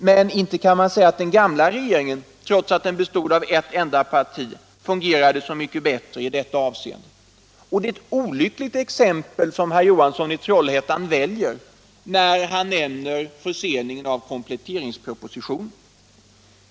Men inte kan man säga att den gamla regeringen, trots att den bara bestod av ett parti, fungerade så mycket bättre i detta avseende. Det är ett olyckligt exempel som herr Johansson i Trollhättan väljer när han nämner förseningen av kompletteringspropositionen.